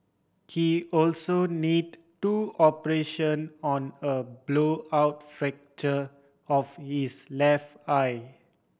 he also need two operation on a blowout fracture of his left eye